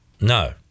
No